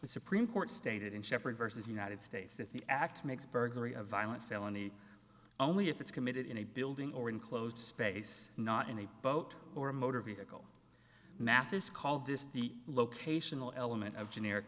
the supreme court stated in shepherd versus united states that the act makes burglary a violent felony only if it's committed in a building or enclosed space not in a boat or a motor vehicle mathis called this the locational element of generic